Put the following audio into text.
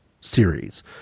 Series